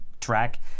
track